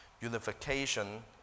unification